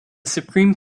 supreme